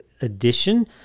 edition